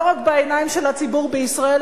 לא רק בעיניים של הציבור בישראל,